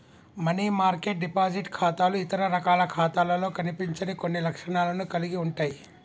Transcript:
money market deposit ఖాతాలు ఇతర రకాల ఖాతాలలో కనిపించని కొన్ని లక్షణాలను కలిగి ఉంటయ్